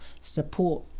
support